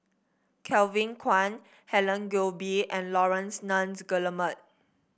Kevin Kwan Helen Gilbey and Laurence Nunns Guillemard